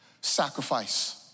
sacrifice